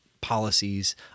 policies